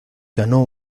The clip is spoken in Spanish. ganó